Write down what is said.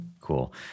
Cool